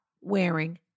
wearing